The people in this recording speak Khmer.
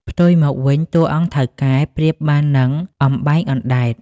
ផ្ទុយមកវិញ តួអង្គ ថៅកែ ប្រៀបបាននឹង "អំបែងអណ្ដែត"។